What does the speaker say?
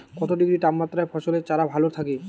কত ডিগ্রি তাপমাত্রায় ফসলের চারা ভালো থাকে?